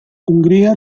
hungría